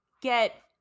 get